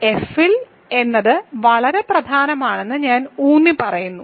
F ഇൽ എന്നത് വളരെ പ്രധാനമാണെന്ന് ഞാൻ ഊന്നിപ്പറയുന്നു